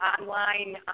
online